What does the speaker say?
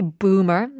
boomer